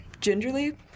gingerly